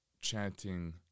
chanting